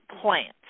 plants